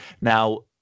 now